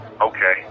Okay